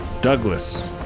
Douglas